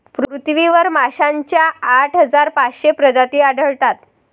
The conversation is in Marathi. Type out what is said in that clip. पृथ्वीवर माशांच्या आठ हजार पाचशे प्रजाती आढळतात